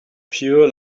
pure